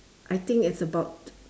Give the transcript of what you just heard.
I think it's about